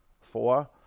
four